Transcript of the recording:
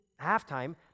halftime